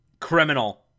criminal